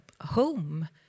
home